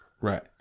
Right